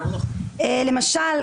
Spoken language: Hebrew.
למשל,